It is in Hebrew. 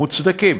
מוצדקים.